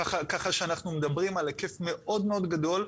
ככה שאנחנו מדברים על היקף מאוד מאוד גדול,